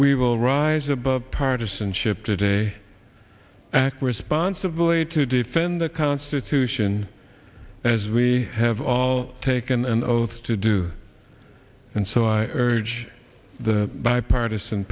we will rise above partisanship today act responsibly to defend the constitution as we have all taken an oath to do and so i urge the bipartisan